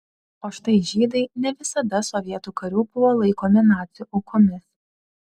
o štai žydai ne visada sovietų karių buvo laikomi nacių aukomis